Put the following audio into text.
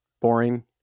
boring